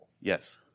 Yes